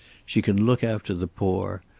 she can look after the poor.